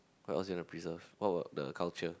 what else you wanna preserve what about the culture